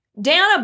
Dana